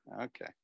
okay